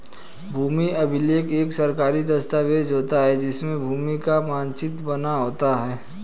भूमि अभिलेख एक सरकारी दस्तावेज होता है जिसमें भूमि का मानचित्र बना होता है